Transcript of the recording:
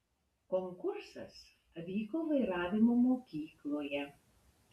konkursas vyko vairavimo mokykloje